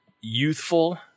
youthful